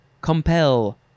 compel